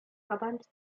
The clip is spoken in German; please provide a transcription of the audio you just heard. brabant